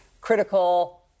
critical